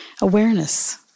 awareness